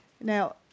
Now